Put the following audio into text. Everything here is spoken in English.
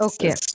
Okay